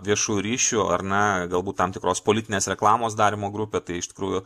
viešųjų ryšių ar ne galbūt tam tikros politinės reklamos darymo grupė tai iš tikrųjų